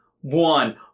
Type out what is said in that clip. One